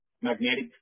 magnetic